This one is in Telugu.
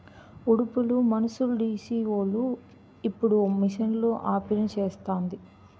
ఉడుపులు మనుసులుడీసీవోలు ఇప్పుడు మిషన్ ఆపనిసేస్తాంది